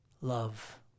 Love